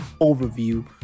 overview